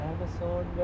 Amazon